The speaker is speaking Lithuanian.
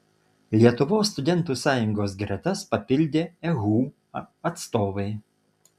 lietuvos studentų sąjungos gretas papildė ehu atstovai